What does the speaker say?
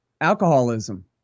alcoholism